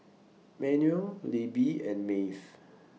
Manuel Libbie and Maeve